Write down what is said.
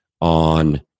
on